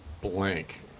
blank